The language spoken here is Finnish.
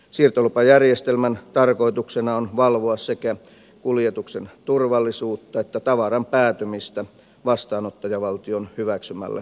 siirtolupajärjestelmän tarkoituksena on valvoa sekä kuljetuksen turvallisuutta että tavaran päätymistä vastaanottajavaltion hyväksymälle vastaanottajalle